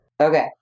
Okay